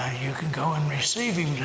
you can go and receive